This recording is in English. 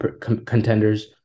contenders